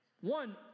one